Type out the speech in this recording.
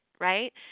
right